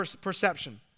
perception